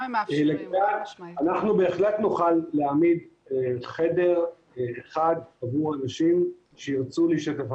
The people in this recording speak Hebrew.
אנחנו בהחלט נוכל להעמיד חדר אחד עבור אנשים שירצו להשתתף.